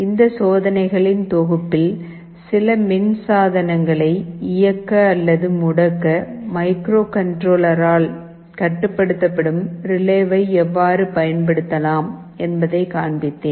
இந்த சோதனைகளின் தொகுப்பில் சில மின் சாதனங்களை இயக்க அல்லது முடக்க மைக்ரோகண்ட்ரோலரால் கட்டுப்படுத்தப்படும் ரிலேவை எவ்வாறு பயன்படுத்தலாம் என்பதை காண்பித்தேன்